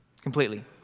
completely